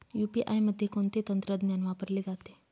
UPI मध्ये कोणते तंत्रज्ञान वापरले जाते?